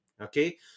okay